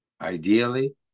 ideally